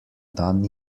dan